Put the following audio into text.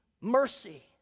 mercy